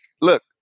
Look